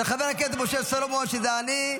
של חבר הכנסת משה סולומון, שזה אני.